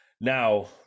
Now